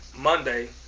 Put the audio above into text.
Monday